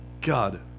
God